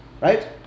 Right